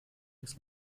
das